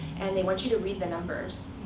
and they want you to read the numbers.